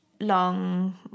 long